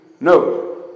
No